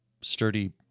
sturdy